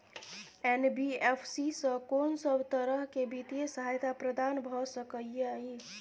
NBFC स कोन सब तरह के वित्तीय सहायता प्रदान भ सके इ? इ